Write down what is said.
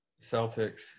Celtics